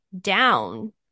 down